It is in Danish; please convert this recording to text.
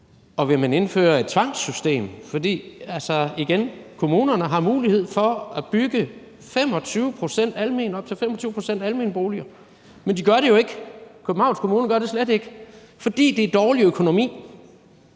Og vil man indføre et tvangssystem? For igen: Kommunerne har mulighed for at bygge op til 25 pct. almenboliger, men de gør det jo ikke, og Københavns Kommune gør det slet ikke, fordi det er dårlig økonomi.